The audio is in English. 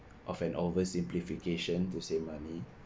of an over simplification to save money